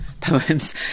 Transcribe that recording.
poems